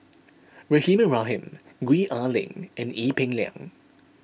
Rahimah Rahim Gwee Ah Leng and Ee Peng Liang